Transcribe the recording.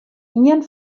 ien